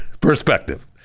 Perspective